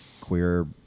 queer